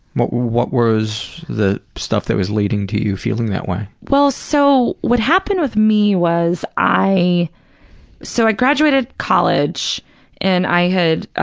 what what was the stuff that was leading to you feeling that way? well, so, what happened with me was, so i graduated college and i had,